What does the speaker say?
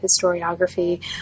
historiography